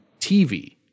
TV